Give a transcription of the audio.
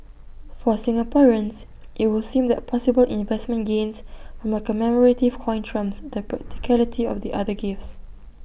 for Singaporeans IT would seem that possible investment gains from A commemorative coin trumps the practicality of the other gifts